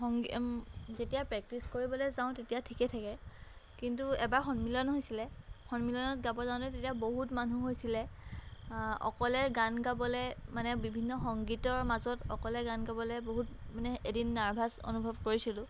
যেতিয়া প্ৰেক্টিচ কৰিবলৈ যাওঁ তেতিয়া ঠিকে থাকে কিন্তু এবাৰ সন্মিলন হৈছিলে সন্মিলনত গাব যাওঁতে তেতিয়া বহুত মানুহ হৈছিলে অকলে গান গাবলৈ মানে বিভিন্ন সংগীতৰ মাজত অকলে গান গাবলৈ বহুত মানে এদিন নাৰ্ভাচ অনুভৱ কৰিছিলোঁ